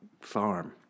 farm